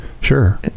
Sure